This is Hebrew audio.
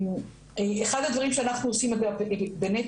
אחד הדברים שאנחנו עושים בנטיקה,